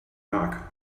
knock